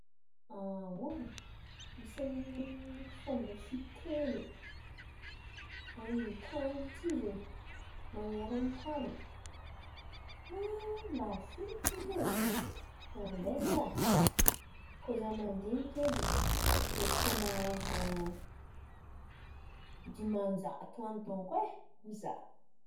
Isany fomba fiteny amy tan̈y ty zen̈y, man̈eran-tany. Mba firy eky zen̈y niany? Ambesa, koa za mandiniky edy, mety efa mahazo dimanjato an̈y donko e ho za.